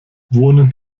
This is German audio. wohnen